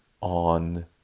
on